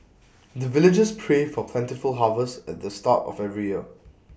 the villagers pray for plentiful harvest at the start of every year